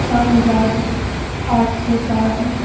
सात हज़ार आठ सौ चार